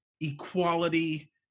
equality